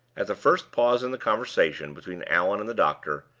at the first pause in the conversation between allan and the doctor,